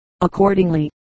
accordingly